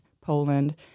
Poland